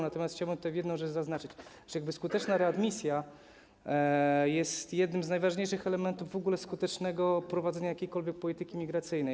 Natomiast chciałbym tutaj jedną rzecz zaznaczyć: skuteczna readmisja jest jednym z najważniejszych elementów w ogóle skutecznego prowadzenia jakiejkolwiek polityki migracyjnej.